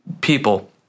people